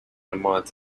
month